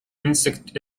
insect